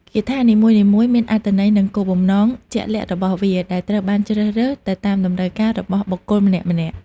គាថានីមួយៗមានអត្ថន័យនិងគោលបំណងជាក់លាក់របស់វា ដែលត្រូវបានជ្រើសរើសទៅតាមតម្រូវការរបស់បុគ្គលម្នាក់ៗ។